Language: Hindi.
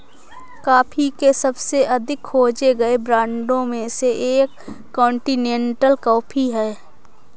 कॉफ़ी के सबसे अधिक खोजे गए ब्रांडों में से एक कॉन्टिनेंटल कॉफ़ी है